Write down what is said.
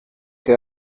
que